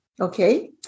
Okay